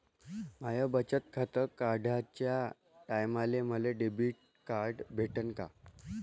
माय बचत खातं काढाच्या टायमाले मले डेबिट कार्ड भेटन का?